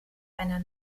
einer